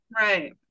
right